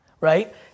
Right